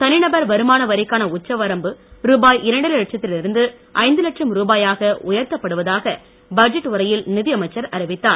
தனிநபர் வருமான வரிக்கான உச்சவரம்பு ரூபாய் இரண்டரை லட்சத்திலிருந்து ஐந்து லட்சம் ரூபாயாக உயர்த்தப்படுவதாக பட்ஜெட் உரையில் நிதியமைச்சர் அறிவித்தார்